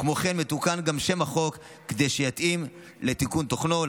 וכמו כן מתוקן שם החוק כדי שיתאים לתיקון תוכנו.